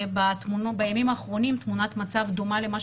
בימים האחרונות תמונת מצב דומה למה